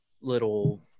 little